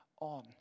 on